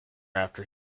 after